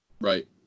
Right